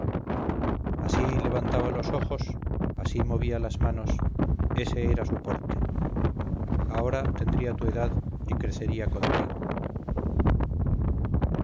así levantaba los ojos así movía las manos ese era su porte ahora tendría tu edad y crecería contigo